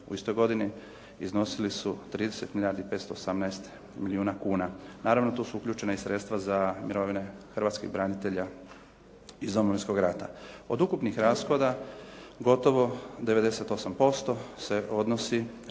u istoj godini iznosili su 30 milijardi 518 milijuna kuna. Naravno, tu su uključena i sredstva za mirovine hrvatskih branitelja iz Domovinskog rata. Od ukupnih rashoda gotovo 97% se odnosi